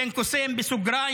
(אומר בערבית: בסוגריים)